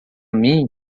mim